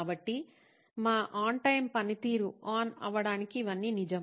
కాబట్టి మా on time పనితీరు ఆన్ అవ్వడానికి ఇవన్నీ నిజం